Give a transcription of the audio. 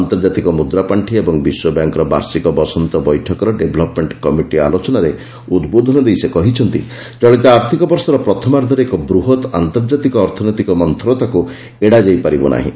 ଆନ୍ତର୍କାତିକ ମୁଦ୍ରା ପାର୍ଷି ଓ ବିଶ୍ୱବ୍ୟାଙ୍କ୍ର ବାର୍ଷିକ ବସନ୍ତ ବୈଠକର ଡେଭ୍ଲପ୍ମେଣ୍ଟ କମିଟି ଆଲୋଚନାରେ ଉଦ୍ବୋଧନ ଦେଇ ସେ କହିଛନ୍ତି ଚଳିତ ଆର୍ଥକ ବର୍ଷର ପ୍ରଥମାର୍ଦ୍ଧରେ ଏକ ବୂହତ୍ ଆନ୍ତର୍କାତିକ ଅର୍ଥନୈତିକ ମନ୍ତରତାକୁ ଏଡ଼ାଯାଇ ପାରିବ ନାହିଁ